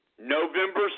November